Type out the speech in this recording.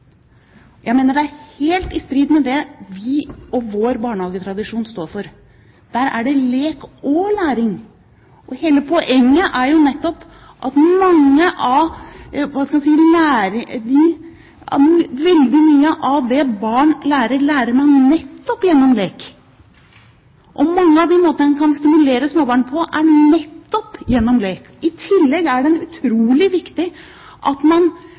Jeg mener det er helt i strid med det vi og vår barnehagetradisjon står for. Der er det lek og læring. Hele poenget er jo nettopp at veldig mye av det barn lærer, læres nettopp gjennom lek. Mange av måtene man kan stimulere småbarn på, er nettopp gjennom lek. I tillegg er det utrolig viktig at